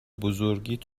بزرگیت